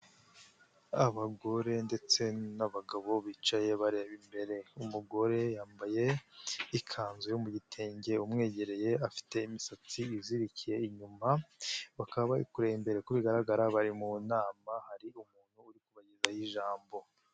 Abagore ndetse n'abagabo bicaye bareba imbere, umugore yambaye ikanzu yo mu gitenge, umwegereye afite imisatsi izirikiye inyuma, bakaba bari kureba imbere, uko bigaragara bari mu nama, hari umuntu uri kubagezaho ijambo.